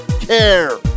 care